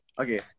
Okay